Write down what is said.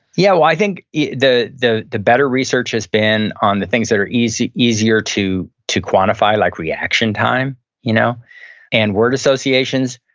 yeah, well, i think yeah the the better research has been on the things that are easier easier to to quantify like reaction time you know and word associations.